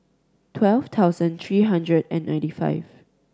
twelve thousand three hundred and ninety five